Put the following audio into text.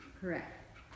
correct